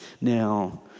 Now